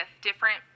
different